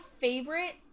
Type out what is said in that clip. favorite